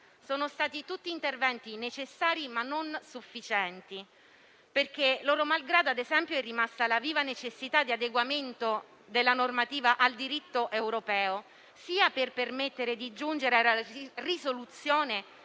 Sono stati tutti interventi necessari, ma non sufficienti. È rimasta ad esempio la viva necessità di adeguamento della normativa al diritto europeo sia per permettere di giungere alla risoluzione